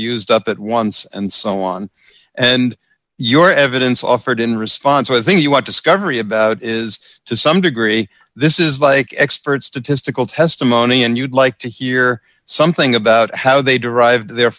used up at once and so on and your evidence offered in response i think you want to scary about is to some degree this is like experts to testicle testimony and you'd like to hear something about how they derived their